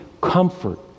comfort